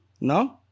No